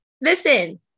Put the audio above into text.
Listen